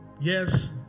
Yes